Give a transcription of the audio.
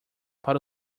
para